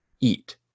eat